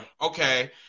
okay